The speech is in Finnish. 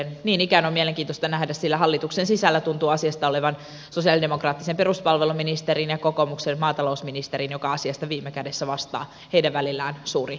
niin ikään tätä on mielenkiintoista seurata sillä hallituksen sisällä tuntuu asiasta olevan sosialidemokraattisen peruspalveluministerin ja kokoomuksen maatalousministerin joka asiasta viime kädessä vastaa välillä suuri näkemysero